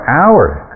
hours